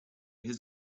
his